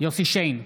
יוסף שיין,